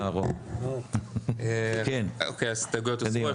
--- ההסתייגויות נדחו.